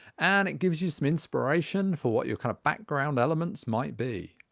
and it gives you some inspiration for what your kind of background elements might be